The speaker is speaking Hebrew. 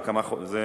זה כמה חודשים,